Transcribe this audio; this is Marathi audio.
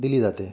दिली जाते